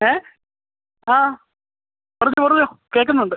ഏഹ് ആ പറഞ്ഞോ പറഞ്ഞോ കേൾക്കുന്നുണ്ട്